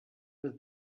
with